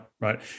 right